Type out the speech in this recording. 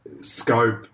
scope